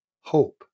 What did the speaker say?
Hope